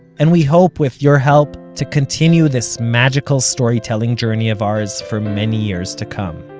and we hope with your help to continue this magical storytelling journey of ours for many years to come